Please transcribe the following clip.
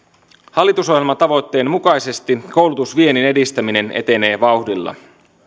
hallitusohjelmatavoitteen mukaisesti koulutusviennin edistäminen etenee vauhdilla